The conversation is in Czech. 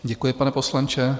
Děkuji, pane poslanče.